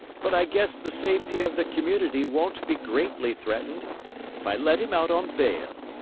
but i guess the safety of the community won't be greatly threatened if i let him out on bail.